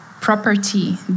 property